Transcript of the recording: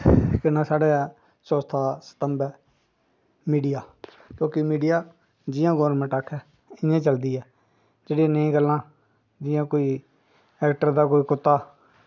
जियां साढ़ा चौथा स्तंभ ऐ मीडिया लेकिन मीडिया जियां गौरमैंट आक्खै इ'यां चलदी ऐ जेह्ड़ी नेही गल्ल जियां कोई ऐक्टर दा कोई कुत्ता